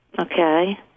Okay